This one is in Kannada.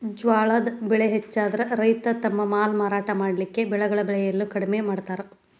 ಜ್ವಾಳದ್ ಬೆಳೆ ಹೆಚ್ಚಾದ್ರ ರೈತ ತಮ್ಮ ಮಾಲ್ ಮಾರಾಟ ಮಾಡಲಿಕ್ಕೆ ಬೆಳೆಗಳ ಬೆಲೆಯನ್ನು ಕಡಿಮೆ ಮಾಡತಾರ್